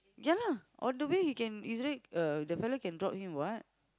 yeah lah on the way he can easily uh the fella can drop him what